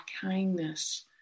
kindness